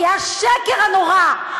כי השקר הנורא,